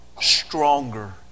stronger